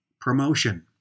promotion